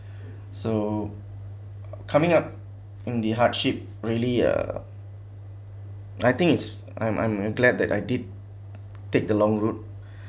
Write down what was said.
so coming up in the hardship really ah I think it's I'm I'm glad that I did take the long road